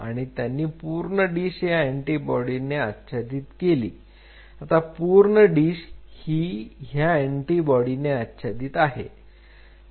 आणि त्यांनी पूर्ण डिश ह्या एंटीबॉडी ने आच्छादित केली आता पूर्ण डिश ही ह्या एंटीबॉडी ने आच्छादित आहे